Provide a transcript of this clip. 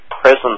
presence